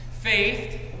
faith